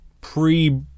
pre